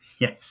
Yes